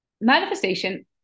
manifestation